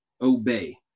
obey